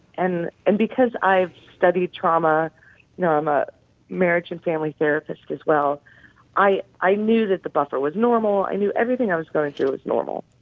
and and because i've studied trauma you know, i'm a marriage and family therapist, as well i i knew that the buffer was normal. i knew everything i was going through was normal.